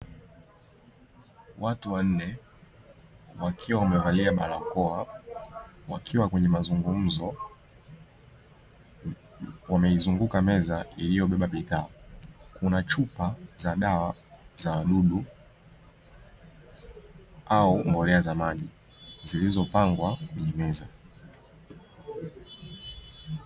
Watu wanne wakiwa wamevalia barakoa wakiwa kwenye mazungumo wameizunguka meza iliyobeba bidhaa. Kuna chupa za dawa za wadudu au mbolea za maji zilizopangwa kwenye meza.